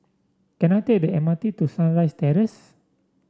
can I take the M R T to Sunrise Terrace